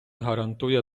гарантує